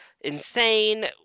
insane